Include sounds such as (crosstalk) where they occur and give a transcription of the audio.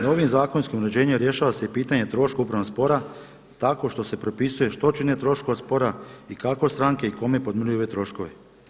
Novim zakonskim uređenjem rješava se i pitanje troška upravnog spora tako što se propisuju … (unintelligible) troškova spora i kako stranke i kome podmiruju ove troškove.